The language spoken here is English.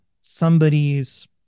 somebody's